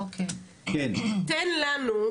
תן לנו,